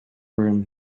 room